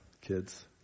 kids